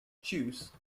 choose